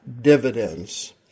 dividends